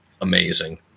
amazing